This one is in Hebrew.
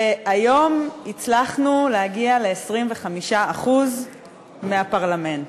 והיום הצלחנו להגיע ל-25% מהפרלמנט.